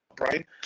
Right